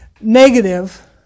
negative